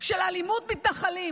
של אלימות מתנחלים.